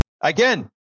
Again